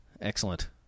Excellent